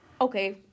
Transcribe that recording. Okay